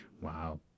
Wow